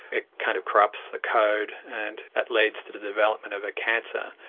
it kind of corrupts the code and that leads to to the development of a cancer.